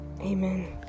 Amen